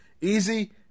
Easy